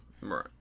right